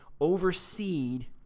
overseed